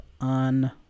on